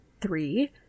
three